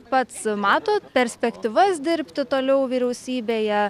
pats matot perspektyvas dirbti toliau vyriausybėje